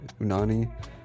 Unani